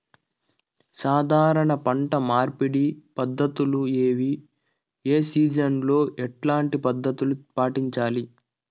సాధారణ పంట మార్పిడి పద్ధతులు ఏవి? ఏ సీజన్ లో ఎట్లాంటి పద్ధతులు పాటించాలి?